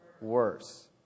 worse